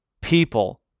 people